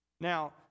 Now